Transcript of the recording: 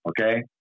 Okay